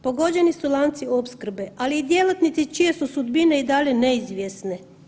Pogođeni su lanci opskrbe, ali i djelatnici čije su sudbine i dalje neizvjesne.